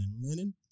linen